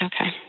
Okay